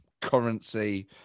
currency